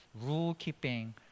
rule-keeping